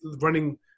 running